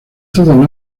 todos